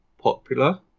Popular